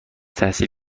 تحصیل